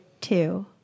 two